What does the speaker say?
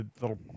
little